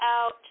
out